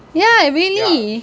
ya really